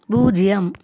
பூஜ்ஜியம்